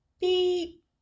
beep